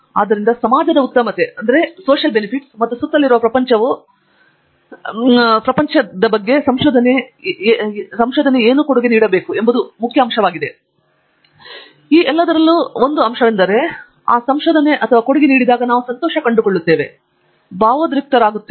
ಆದ್ದರಿಂದ ಸಮಾಜದ ಉತ್ತಮತೆ ಮತ್ತು ನಮ್ಮ ಸುತ್ತಲಿರುವ ಪ್ರಪಂಚವು ನಾವು ಸಂಶೋಧನೆ ಮತ್ತು ಸಹಜವಾಗಿ ಏಕೆ ಮಾಡಬೇಕೆಂಬುದರ ಪ್ರಮುಖ ಅಂಶವಾಗಿದೆ ಈ ಎಲ್ಲದರಲ್ಲೂ ಒಂದು ಪ್ರಮುಖ ಅಂಶವೆಂದರೆ ನಾವು ಕಂಡುಕೊಳ್ಳುತ್ತೇವೆ ನಾವು ಸಂತೋಷದ ಬಗ್ಗೆ ಮಾತನಾಡುತ್ತೇವೆ ನಾವು ಮಾತನಾಡಿದ್ದೇವೆ ಈ ಎಲ್ಲಾ ಭಾವನೆಗಳ ಬಗ್ಗೆ ನಾವು ಭಾವೋದ್ರಿಕ್ತರಾಗಿ ಮಾತನಾಡಿದ್ದೇವೆ